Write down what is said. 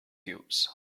cubes